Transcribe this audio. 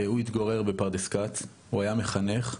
הוא התגורר בפרדס כץ והיה מחנך.